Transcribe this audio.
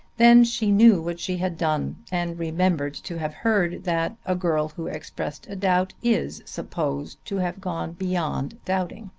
then she knew what she had done, and remembered to have heard that a girl who expresses a doubt is supposed to have gone beyond doubting.